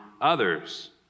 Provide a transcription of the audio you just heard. others